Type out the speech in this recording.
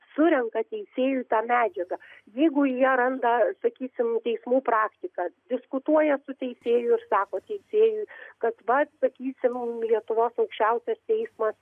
surenka teisėjui tą medžiagą jeigu jie randa sakysim teismų praktiką diskutuoja su teisėju ir sako teisėjui kad vat sakysim lietuvos aukščiausias teismas